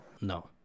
No